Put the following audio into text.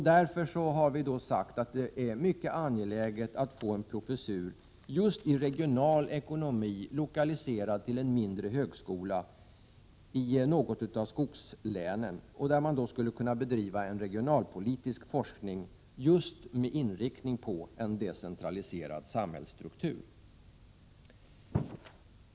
Därför har vi sagt att det är mycket angeläget att få en professur just i regional ekonomi lokaliserad till en mindre högskola i något av skogslänen, där man skulle kunna bedriva en regionalpolitisk forskning med inriktning på en decentraliserad samhällsstruktur.